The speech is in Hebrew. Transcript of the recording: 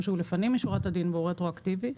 שהוא לפנים משורת הדין והוא רטרואקטיבי.